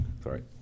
sorry